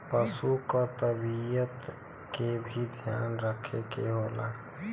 पसु क तबियत के भी ध्यान रखे के होला